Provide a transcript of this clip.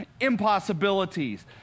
impossibilities